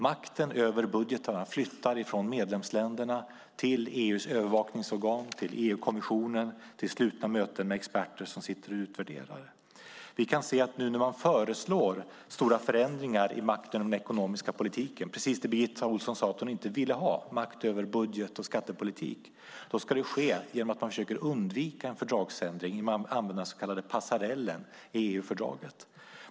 Makten över budgetarna flyttar från medlemsländerna till EU:s övervakningsorgan, till EU-kommissionen och till slutna möten med experter som utvärderar. När man nu föreslår stora förändringar i makten över den ekonomiska politiken - det som Birgitta Ohlsson sade att hon inte ville ha, makt över budget och skattepolitik - ska det ske genom att man försöker undvika en fördragsändring genom att använda den så kallade passarellen i EU-fördraget.